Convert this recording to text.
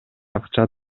акча